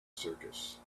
circus